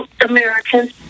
Americans